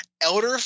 elder